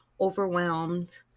overwhelmed